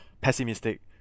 pessimistic